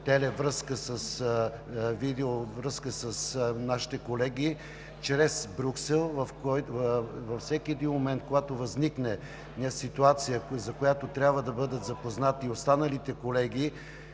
видеовръзка с нашите колеги в Брюксел. Във всеки един момент, когато възникне ситуация, за която трябва да бъдат запознати и останалите колеги